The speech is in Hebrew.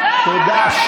תודה.